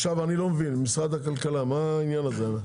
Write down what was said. משרד הכלכלה, מה העניין הזה?